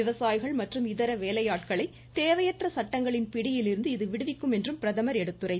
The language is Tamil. விவசாயிகள் மற்றும் இதர வேலையாட்களை தேவையற்ற சட்டங்களின் பிடியில் இருந்து இது விடுவிக்கும் என்றும் பிரதமர் எடுத்துரைத்தார்